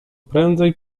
prędzej